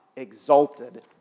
exalted